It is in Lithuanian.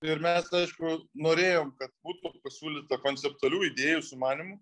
ir mes aišku norėjom kad būtų pasiūlyta konceptualių idėjų sumanymų